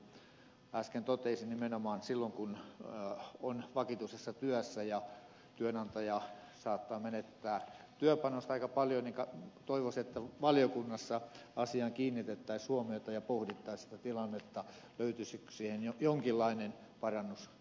kaltiokumpu äsken totesi nimenomaan silloin kun on vakituisessa työssä ja työnantaja saattaa menettää työpanosta aika paljon toivoisin että valiokunnassa asiaan kiinnitettäisiin huomiota ja pohdittaisiin sitä tilannetta löytyisikö siihen jonkinlainen parannuskeino